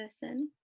person